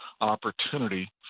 opportunity